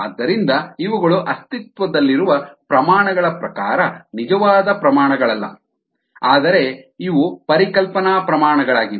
ಆದ್ದರಿಂದ ಇವುಗಳು ಅಸ್ತಿತ್ವದಲ್ಲಿರುವ ಪ್ರಮಾಣಗಳ ಪ್ರಕಾರ ನಿಜವಾದ ಪ್ರಮಾಣಗಳಲ್ಲ ಆದರೆ ಇವು ಪರಿಕಲ್ಪನಾ ಪ್ರಮಾಣಗಳಾಗಿವೆ